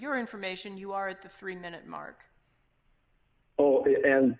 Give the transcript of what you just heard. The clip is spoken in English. your information you are at the three minute mark foley and